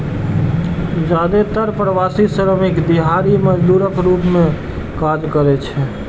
जादेतर प्रवासी श्रमिक दिहाड़ी मजदूरक रूप मे काज करै छै